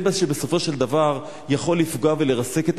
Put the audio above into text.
זה מה שבסופו של דבר יכול לפגוע ולרסק את